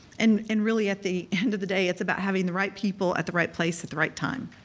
and and really at the end of the day it's about having the right people at the right place at the right time.